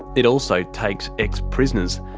it also takes ex-prisoners,